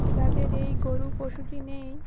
যাদের এই গরু পশুটি নেই